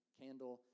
candle